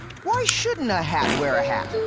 why shouldn't a hat wear a hat?